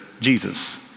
Jesus